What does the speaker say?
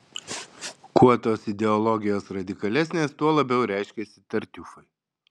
kuo tos ideologijos radikalesnės tuo labiau reiškiasi tartiufai